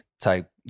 Type